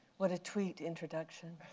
what a tweet introduction.